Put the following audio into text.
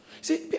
See